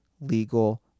legal